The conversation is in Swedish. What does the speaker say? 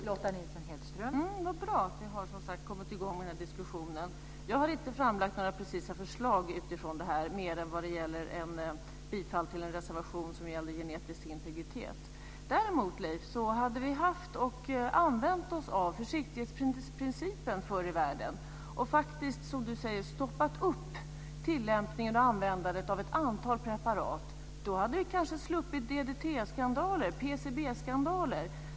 Fru talman! Det är som sagt bra att vi har fått i gång den här diskussionen. Jag har inte framlagt några precisa förslag utifrån det här mer än bifall till en reservation som gällde genetisk integritet. Däremot, Leif, är det så att om vi hade använt oss av försiktighetsprincipen förr i världen och faktiskt, som du säger, stoppat upp tillämpningen och användandet av ett antal preparat så hade vi kanske sluppit DDT-skandaler och PCB-skandaler.